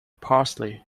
parsley